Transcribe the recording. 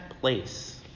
place